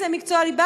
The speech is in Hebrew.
זה מקצוע ליבה,